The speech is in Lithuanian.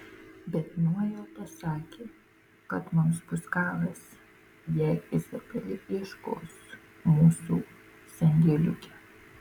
bet nuojauta sakė kad mums bus galas jei izabelė ieškos mūsų sandėliuke